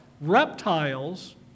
Reptiles